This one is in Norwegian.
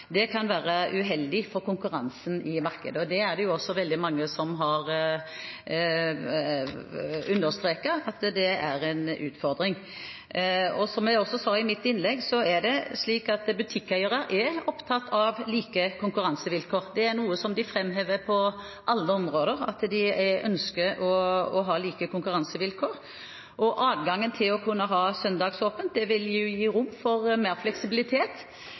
dag, kan være uheldige for konkurransen i markedet. Det er det også veldig mange som har understreket, at det er en utfordring. Som jeg også sa i mitt innlegg, er butikkeiere opptatt av like konkurransevilkår. Det er noe de framhever på alle områder, at de ønsker å ha like konkurransevilkår, og adgangen til å ha søndagsåpent vil gi rom for mer fleksibilitet